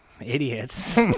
idiots